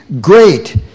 great